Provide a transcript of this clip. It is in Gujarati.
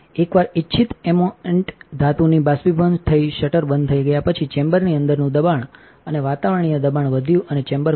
એકવાર ઇચ્છિત એમોઅનટ ધાતુની બાષ્પીભવન થઈ શટર બંધ થઈ ગયા પછી ચેમ્બરની અંદરનું દબાણ અને વાતાવરણીય દબાણ વધ્યું અને ચેમ્બર ખોલ્યું